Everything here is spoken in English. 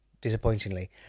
disappointingly